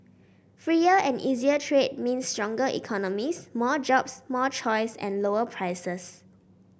freer and easier trade means stronger economies more jobs more choice and lower prices